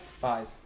Five